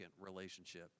relationship